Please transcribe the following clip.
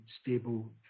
stable